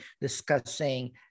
discussing